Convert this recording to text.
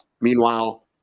meanwhile